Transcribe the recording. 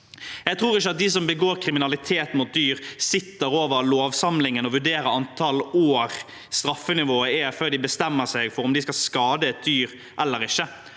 Jeg tror ikke at de som begår kriminalitet mot dyr, sitter over lovsamlingen og vurderer antall år straffenivået er på før de bestemmer seg for om de skal skade et dyr eller ikke.